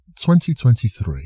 2023